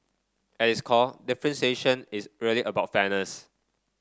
at its core differentiation is really about fairness